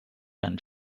and